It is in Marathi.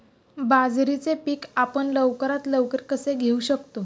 बाजरीचे पीक आपण लवकरात लवकर कसे घेऊ शकतो?